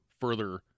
further